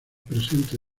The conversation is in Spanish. presente